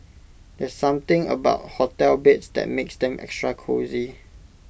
there's something about hotel beds that makes them extra cosy